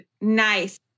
Nice